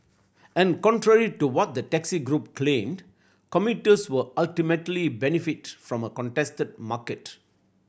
and contrary to what the taxi group claimed commuters would ultimately benefit from a contested market